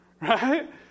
Right